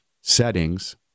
settings